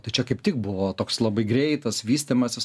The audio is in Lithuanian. tai čia kaip tik buvo toks labai greitas vystymasis